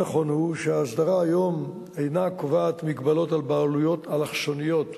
נכון הוא שההסדרה היום אינה קובעת מגבלות על בעלויות אלכסוניות,